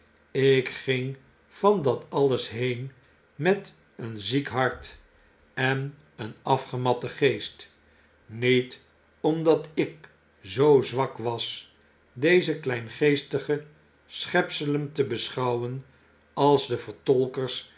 ik ging van dat alles heen met een ziek hart en een afgematten geest niet omdat ik zoo zwalt was deze kleingeestige schepselen te beschouwen als de vertolkers der